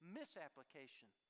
misapplication